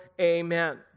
amen